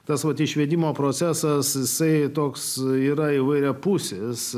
tas vat išvedimo procesas jisai toks yra įvairiapusis